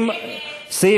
נמנעים.